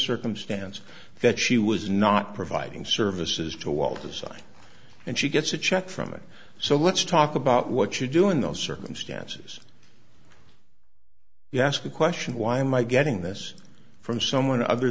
circumstance that she was not providing services to all to sign and she gets a check from it so let's talk about what you do in those circumstances you ask the question why am i getting this from someone other